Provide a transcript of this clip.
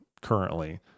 currently